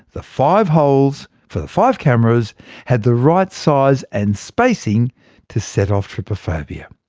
the five holes for the five cameras had the right size and spacing to set off trypophobia.